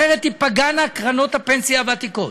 אחרת תיפגענה קרנות הפנסיה הוותיקות.